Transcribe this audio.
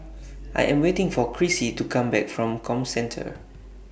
I Am waiting For Crissy to Come Back from Comcentre